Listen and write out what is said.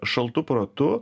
šaltu protu